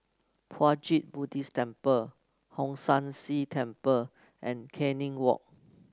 Puat Jit Buddhist Temple Hong San See Temple and Canning Walk